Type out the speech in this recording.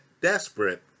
desperate